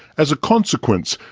as a consequence,